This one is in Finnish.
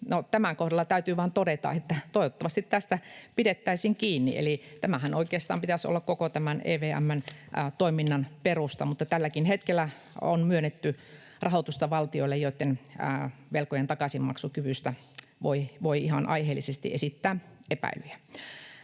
tämän kohdalla täytyy vain todeta, että toivottavasti tästä pidettäisiin kiinni. Tämänhän oikeastaan pitäisi olla koko tämän EVM:n toiminnan perusta, mutta tälläkin hetkellä on myönnetty rahoitusta valtioille, joitten velkojen takaisinmaksukyvystä voi ihan aiheellisesti esittää epäilyjä.